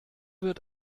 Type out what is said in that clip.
wird